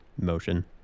motion